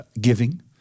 giving